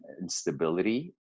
instability